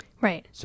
right